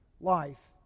Life